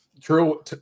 true